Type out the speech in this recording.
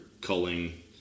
culling